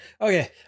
Okay